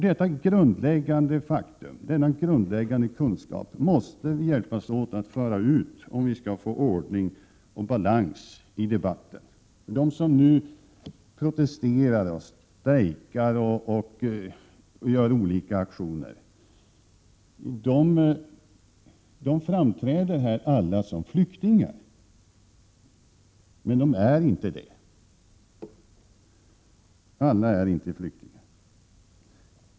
Denna grundläggande kunskap måste vi hjälpas åt att föra ut, om vi skall få ordning och balans i debatten. De som nu protesterar, strejkar och deltar i andra aktioner framträder alla som flyktingar. Men det är de inte. Alla är inte flyktingar.